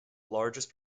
largest